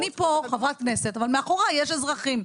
אני פה חברת כנסת אבל מאחוריי יש אזרחים,